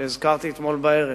שהזכרתי אתמול בערב,